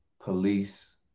police